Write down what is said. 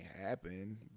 happen